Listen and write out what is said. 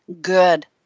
good